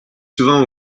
souvent